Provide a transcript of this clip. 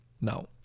Now